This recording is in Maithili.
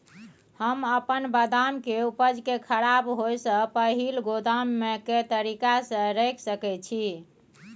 हम अपन बदाम के उपज के खराब होय से पहिल गोदाम में के तरीका से रैख सके छी?